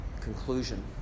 conclusion